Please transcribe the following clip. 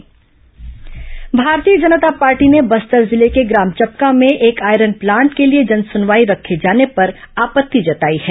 जनसुनवाई आपत्ति भारतीय जनता पार्टी ने बस्तर जिले के ग्राम चपका में एक आयरन प्लांट के लिए जनसुनवाई रखे जाने पर आपत्ति जताई है